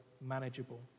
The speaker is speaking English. manageable